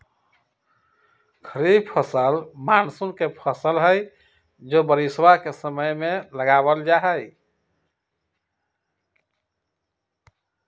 खरीफ फसल मॉनसून के फसल हई जो बारिशवा के समय में लगावल जाहई